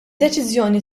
deċiżjoni